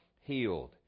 healed